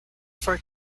for